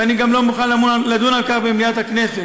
ואני גם לא מוכן לדון על כך במליאת הכנסת,